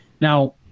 Now